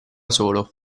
solo